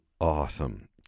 awesome